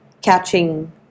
catching